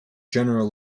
general